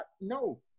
no